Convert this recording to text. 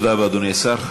תודה רבה, אדוני השר.